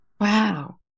wow